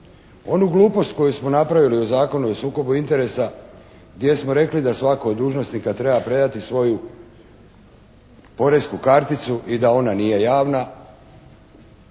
Onu glupost koju smo napravili u Zakonu o sukobu interesa gdje smo rekli da svatko od dužnosnika treba predati svoju poreznu karticu i da ona nije javna